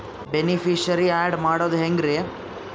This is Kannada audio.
ಬೆನಿಫಿಶರೀ, ಆ್ಯಡ್ ಮಾಡೋದು ಹೆಂಗ್ರಿ?